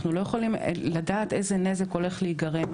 אנחנו לא יכולים לדעת איזה נזק הולך להיגרם.